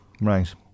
Right